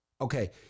Okay